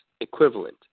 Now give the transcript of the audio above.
equivalent